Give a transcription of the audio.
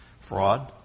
fraud